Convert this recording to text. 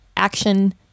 action